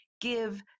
give